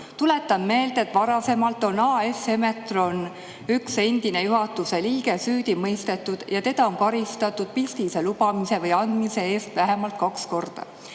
Tuletan meelde, et varasemalt on üks endine AS-i Semetron juhatuse liige süüdi mõistetud ja teda on karistatud pistise lubamise või andmise eest vähemalt kaks korda.